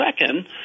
second